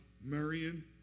Marion